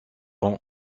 ans